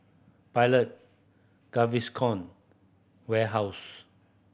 Pilot Gaviscon Warehouse